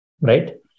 right